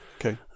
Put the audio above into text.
Okay